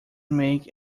make